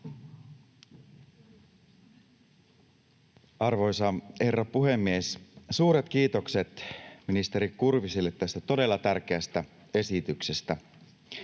Arvoisa herra puhemies! Suuret kiitokset ministeri Kurviselle tästä todella tärkeästä esityksestä.